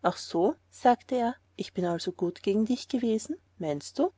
ach so sagte er ich bin also gut gegen dich gewesen meinst du